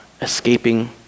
escaping